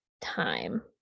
time